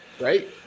Right